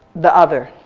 the other.